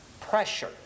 pressure